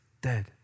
dead